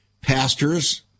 Pastors